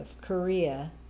Korea